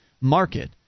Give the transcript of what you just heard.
Market